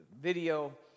video